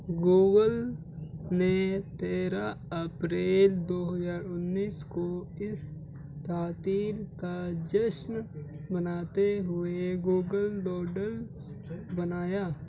Google نے تیرہ اپریل دو ہزار انیس کو اس تعطیل کا جشن مناتے ہوئے گوگل دوڈل بنایا